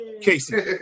Casey